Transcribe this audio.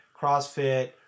CrossFit